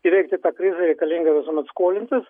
įveikti krizę reikalinga visuomet skolintis